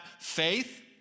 faith